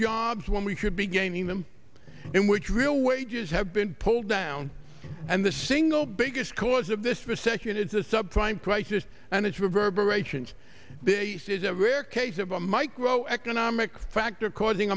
jobs when we should be gaining them in which real wages have been pulled down and the single biggest cause of this recession is the sub prime crisis and it's reverberations this is a rare case of a micro economics factor causing